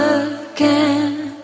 again